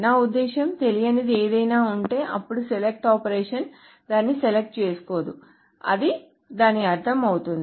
నా ఉద్దేశ్యం తెలియనిది ఏదైనా ఉంటే అప్పుడు సెలెక్ట్ ఆపరేషన్ దాన్నిసెలెక్ట్ చేసుకోదు అది దాని అర్థం అవుతుంది